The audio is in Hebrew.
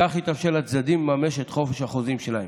בכך יתאפשר לצדדים לממש את חופש החוזים שלהם.